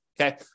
okay